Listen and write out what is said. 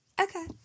Okay